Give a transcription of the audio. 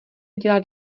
dělat